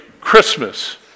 Christmas